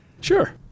Sure